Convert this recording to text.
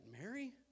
Mary